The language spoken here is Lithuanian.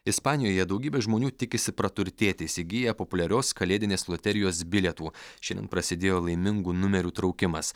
ispanijoje daugybė žmonių tikisi praturtėti įsigiję populiarios kalėdinės loterijos bilietų šiandien prasidėjo laimingų numerių traukimas